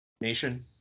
nation